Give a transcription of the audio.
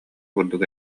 курдук